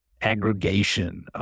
aggregation